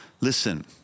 Listen